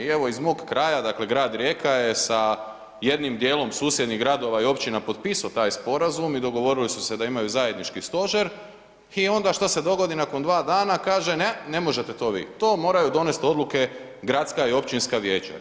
I evo iz mog kraja grad Rijeka je sa jednim dijelom susjednih gradova i općina potpisao taj sporazum i dogovorili su se da imaju zajednički stožer i onda šta se dogodi nakon dva dana kaže ne, ne možete to vi, to moraju donest odluke gradska i općinska vijeća.